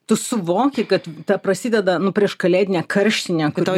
tu suvoki kad ta prasideda nu prieškalėdinė karštinė kur tau